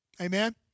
Amen